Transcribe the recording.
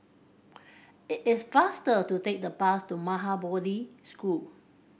it is faster to take the bus to Maha Bodhi School